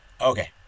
Okay